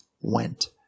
went